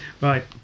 Right